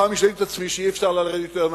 פעם השליתי את עצמי שאי-אפשר לרדת יותר נמוך.